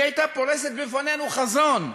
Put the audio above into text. היא הייתה פורסת בפנינו חזון,